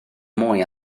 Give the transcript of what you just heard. mwy